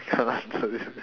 I can't answer this question